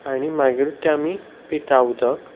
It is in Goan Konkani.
आनी मागीरूत तें आमी पिता उदक